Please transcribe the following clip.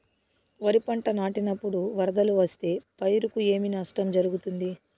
వరిపంట నాటినపుడు వరదలు వస్తే పైరుకు ఏమి నష్టం జరుగుతుంది?